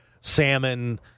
salmon